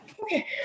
okay